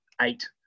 eight